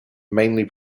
mainly